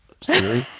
Siri